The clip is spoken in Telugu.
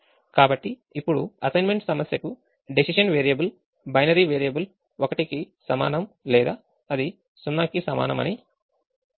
కాబట్టి ఇప్పుడు అసైన్మెంట్ సమస్యకు డెసిషన్ వేరియబుల్ బైనరీ వేరియబుల్ 1 కి సమానం లేదా అది 0 కి సమానం అని మనము చెప్పాము